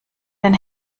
den